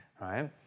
right